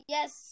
Yes